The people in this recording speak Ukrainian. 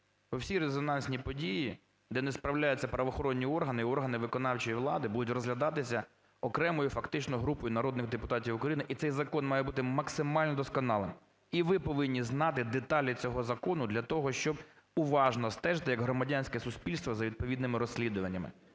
всі резонансні події, де не справляються правоохоронні органи і органи виконавчої влади, будуть розглядатися окремою фактично групою народних депутатів України. І цей закон має бути максимально досконалим. І ви повинні знати деталі цього закону для того, щоб уважно стежити як громадянське суспільство за відповідними розслідуваннями.